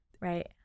Right